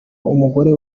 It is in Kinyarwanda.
umugore